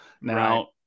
Now